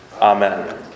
Amen